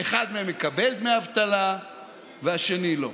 אחד מהם יקבל דמי אבטלה והשני לא.